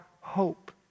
hope